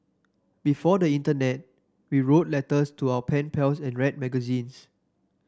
before the internet we wrote letters to our pen pals and read magazines